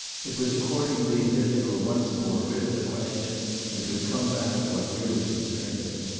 it was accordingly as if they were once more rid of the question and could come back to what really concerned him.